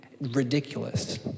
ridiculous